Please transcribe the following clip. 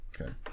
Okay